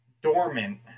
dormant